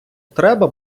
треба